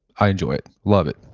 i enjoy it. love it.